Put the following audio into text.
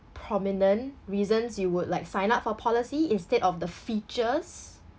prominent reasons you would like sign up for policy instead of the features